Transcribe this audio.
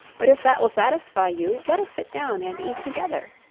but if that will satisfy you, let us sit down and eat together.